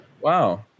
Wow